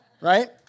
Right